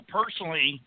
personally